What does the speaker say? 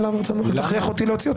תוציאו אותו